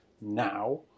now